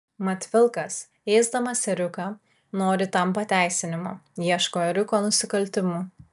mat vilkas ėsdamas ėriuką nori tam pateisinimo ieško ėriuko nusikaltimų